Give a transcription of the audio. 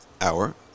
hour